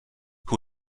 who